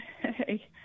Hey